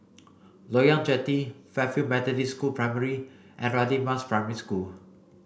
Loyang Jetty Fairfield Methodist School Primary and Radin Mas Primary School